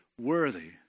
worthy